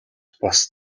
бас